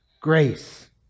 grace